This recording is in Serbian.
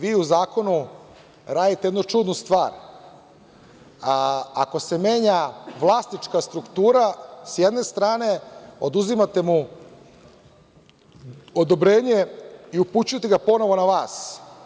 Vi u zakonu radite jednu čudnu stvar, a ako se menja vlasnička struktura, s jedne strane, oduzimate mu odobrenje i upućujete ga ponovo na vas.